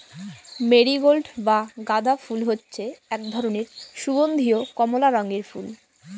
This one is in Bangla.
মেরিগোল্ড বা গাঁদা ফুল হচ্ছে এক ধরনের সুগন্ধীয় কমলা রঙের ফুল